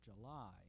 July